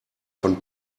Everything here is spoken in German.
von